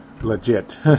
legit